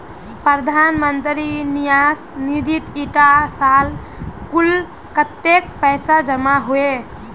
प्रधानमंत्री न्यास निधित इटा साल कुल कत्तेक पैसा जमा होइए?